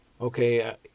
Okay